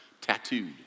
tattooed